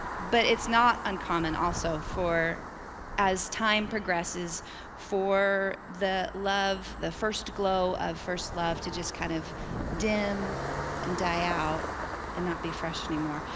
but it's not uncommon also for as time progresses for the love, the first glow of first love to just kind of dim and die out and not be fresh anymore.